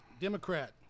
Democrat